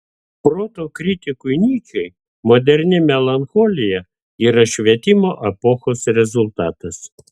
proto kritikui nyčei moderni melancholija yra švietimo epochos rezultatas